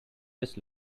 just